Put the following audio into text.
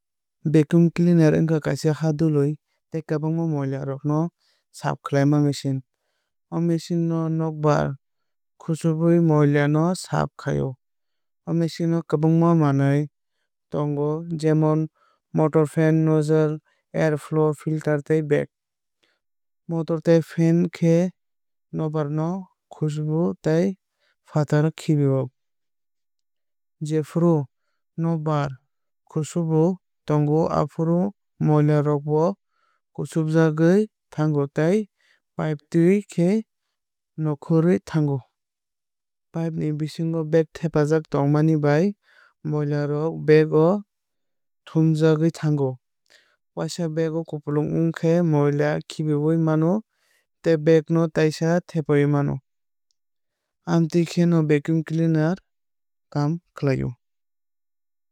Vacuum cleaner wngkha kaisa hadwlwui tei kwbangma moila rok no saaf khlaima machine. O machine nokbar kusubui moila no saaf khai o. O machine o kwbangma manwui tongo jemon motor fen nozzle airflow filter tei bag. Motor tei fen khe nokbar no kusubu tei fataro khibi o. Jefuru nokbar kusubui tongo afuru miola rok bo kusubjagwui thango tei pipetui khe nongkhorwui thango. Pipe ni bukhugo bag thepajak tongmani bai moila rok bag o thumjagwui thango. Waisa bag kwplung wngkhe moila khibui mano tei bag no taisa thepai mano. Amtwi khe no vacuum cleaner kaam khlai o.